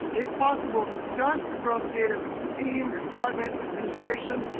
if possible, discuss the growth data with your team, your department, administration,